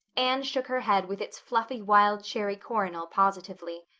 anne shook her head with its fluffy wild cherry coronal positively.